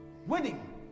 Winning